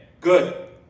good